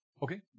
Okay